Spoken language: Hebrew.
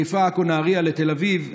מחיפה-עכו-נהריה לתל אביב,